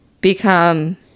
become